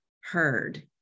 heard